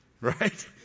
right